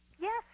Yes